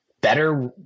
better